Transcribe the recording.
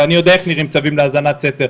ואני יודע איך נראים צווים להאזנת סתר,